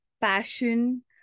passion